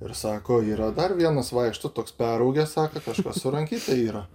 ir sako yra dar vienas vaikšto toks peraugęs sako kažkas su rankyte yra